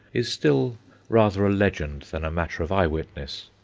is still rather a legend than a matter of eye-witness.